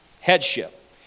headship